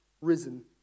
risen